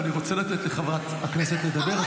ואני רוצה לתת לחברת הכנסת לדבר,